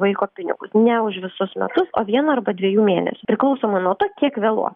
vaiko pinigus ne už visus metus o vieno arba dviejų mėnesių priklausomai nuo to kiek vėluos